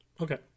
Okay